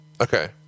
Okay